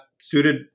suited